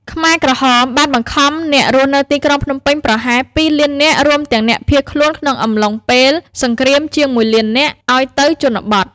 ខ្មែរក្រហមបានបង្ខំអ្នករស់នៅទីក្រុងភ្នំពេញប្រហែល ២ លាននាក់ រួមទាំងអ្នកភៀសខ្លួនក្នុងអំឡុងពេលសង្គ្រាមជាង ១ លាននាក់ ឱ្យទៅជនបទ។